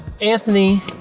Anthony